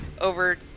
over